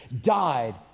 died